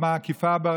גם האכיפה הבררנית,